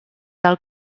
del